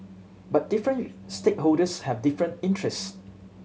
but different stakeholders have different interest